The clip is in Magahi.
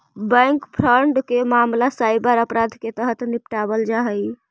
बैंक फ्रॉड के मामला साइबर अपराध के तहत निपटावल जा हइ